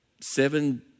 seven